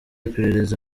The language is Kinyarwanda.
iperereza